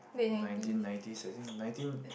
nineteen nineties I think nineteen